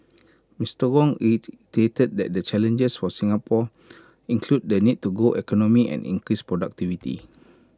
Mister Wong reiterated that the challenges for Singapore include the need to grow the economy and increase productivity